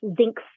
zinc